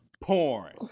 Porn